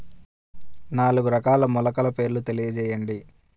నాలుగు రకాల మొలకల పేర్లు తెలియజేయండి?